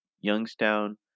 Youngstown